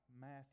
Matthew